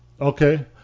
Okay